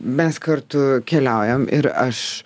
mes kartu keliaujam ir aš